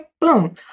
boom